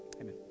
amen